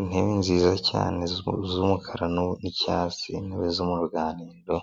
Intebe nziza cyane z'umukara n'icyatsi intebe zo mu ruganiriro